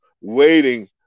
waiting